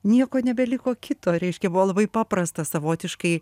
nieko nebeliko kito reiškia buvo labai paprasta savotiškai